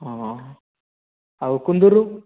ହଁ ଆଉ କୁନ୍ଦୁରୁ